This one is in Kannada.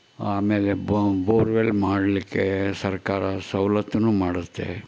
ಆಮೇಲೆ ಬೋರ್ವೆಲ್ ಮಾಡಲಿಕ್ಕೆ ಸರ್ಕಾರ ಸವಲತ್ತನ್ನು ಮಾಡುತ್ತೆ